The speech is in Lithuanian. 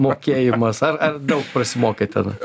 mokėjimas ar daug prasimokėt ten